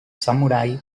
samurai